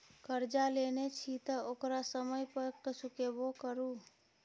करजा लेने छी तँ ओकरा समय पर चुकेबो करु